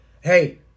Hey